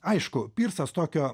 aišku pirsas tokio